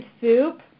soup